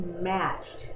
matched